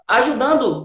ajudando